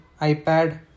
ipad